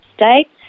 States